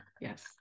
Yes